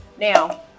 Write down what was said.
Now